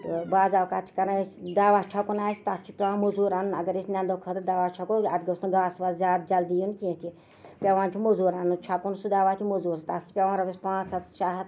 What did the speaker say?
تہٕ بعض اوقات چھِ کران أسۍ دوا چھکُن آسہِ تَتھ چھُ پیوان موزوٗر اَنُن اَگر أسۍ نیندو خٲطرٕ دوہ چھَکو اَتھ گوٚژھ نہٕ گاسہٕ واسہٕ زیادٕ جلدی یُن کیٚنہہ تہِ پیوان چھُ موزوٗر اَنُن چھکُن سُہ دوہ تہِ موزوٗر سٕے اَتھ چھُ پیوان رۄپییَس پانژھ ہَتھ شیٚے ہَتھ